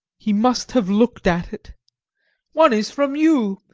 he must have looked at it one is from you,